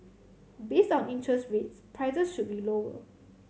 base on interest rates prices should be lower